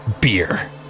Beer